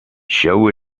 show